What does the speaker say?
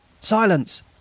Silence